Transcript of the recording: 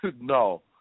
No